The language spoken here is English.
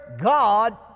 God